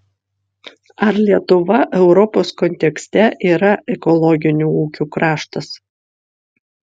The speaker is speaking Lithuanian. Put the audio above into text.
ar lietuva europos kontekste yra ekologinių ūkių kraštas